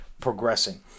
progressing